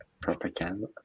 propaganda